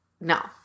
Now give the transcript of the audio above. No